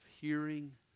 hearing